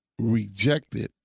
rejected